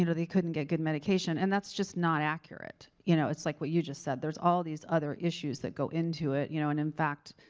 you know they couldn't get good medication, and that's just not accurate. you know, it's like what you just said. there's all these other issues that go into it, you know, and in fact,